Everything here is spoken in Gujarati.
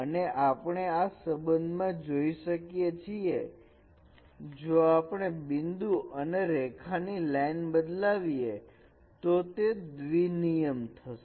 અને આપણે આ સંબંધમાં જોઈ શકીએ છીએ કે જો આપણે બિંદુ અને રેખા ની લાઈન બદલાવીએ તો તે દ્વી નિયમ થશે